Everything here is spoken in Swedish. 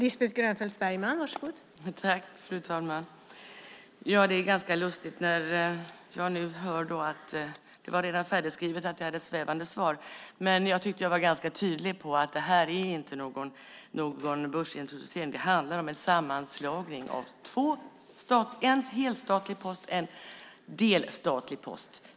Fru talman! Det är ganska lustigt när jag nu hör att det redan var färdigskrivet att jag hade ett svävande svar. Jag tycker att jag var ganska tydlig med att det inte är fråga om någon börsintroducering. Det handlar om en sammanslagning av en helstatlig post och en delstatlig post.